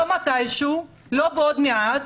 לא מתישהו, לא בעוד מעט,